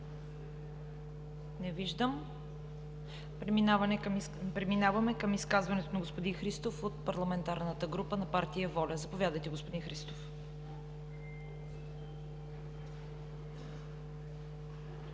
Не виждам. Преминаваме към изказването на господин Христов от парламентарната група на партия „Воля“. Заповядайте, господин Христов.